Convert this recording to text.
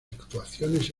actuaciones